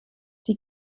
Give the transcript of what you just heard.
die